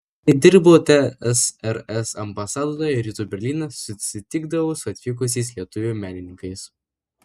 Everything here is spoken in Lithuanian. kai dirbau tsrs ambasadoje rytų berlyne susitikdavau su atvykusiais lietuvių menininkais